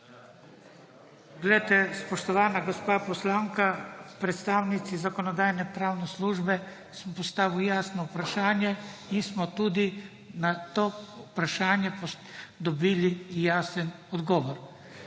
Poglejte, spoštovana gospa poslanka, predstavnici Zakonodajno-pravne službe sem postavil jasno vprašanje in smo tudi na to vprašanje dobili jasen odgovor.